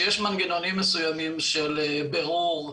כשיש מנגנונים מסוימים של בירור,